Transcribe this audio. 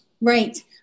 Right